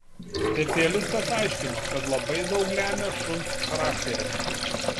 specialistas aiškino kad labai daug lemia šuns charakteris